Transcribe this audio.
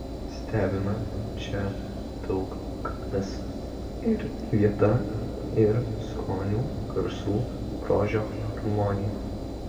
stebina čia daug kas ir vieta ir skonių garsų grožio harmonija